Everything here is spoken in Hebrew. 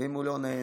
אם הוא לא נהנה,